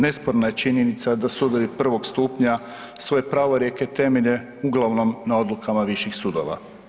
Nesporna je činjenica da sudovi prvog stupnja svoje pravorijeke temelje uglavnom na odlukama viših sudova.